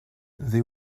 they